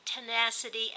tenacity